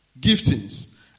giftings